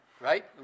right